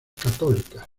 católicas